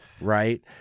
right